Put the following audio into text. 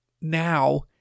now